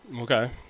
Okay